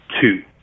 two